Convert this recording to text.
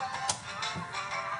(הקרנת סרטון)